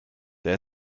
der